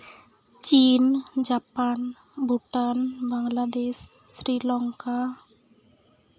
ᱪᱤᱱ ᱡᱟᱯᱟᱱ ᱵᱷᱩᱴᱟᱱ ᱵᱟᱝᱞᱟᱫᱮᱥ ᱥᱨᱤᱞᱚᱝᱠᱟ